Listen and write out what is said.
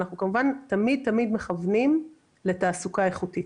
אנחנו כמובן תמיד תמיד מכוונים לתעסוקה איכותית.